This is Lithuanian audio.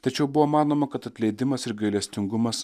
tačiau buvo manoma kad atleidimas ir gailestingumas